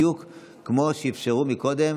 בדיוק כמו שאפשרו קודם